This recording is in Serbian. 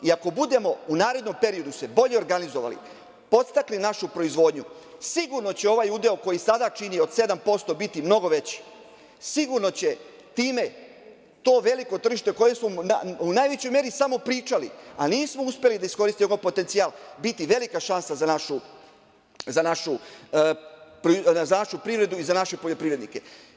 I ako se budemo u narednom periodu bolje organizovali, podstakli našu proizvodnju, sigurno će ovaj udeo koji sada čini, od 7% biti mnogo veći, sigurno će time to veliko tržište o kojem smo u najvećoj meri samo pričali, a nismo uspeli da iskoristimo potencijal biti velika šansa za našu privredu i za naše poljoprivrednike.